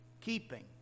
keeping